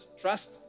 Trust